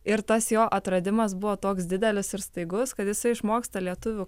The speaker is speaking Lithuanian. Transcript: ir tas jo atradimas buvo toks didelis ir staigus kad jisai išmoksta lietuvių